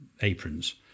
aprons